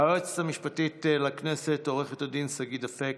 היועצת המשפטית לכנסת עו"ד שגית אפיק,